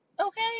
Okay